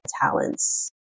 talents